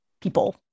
people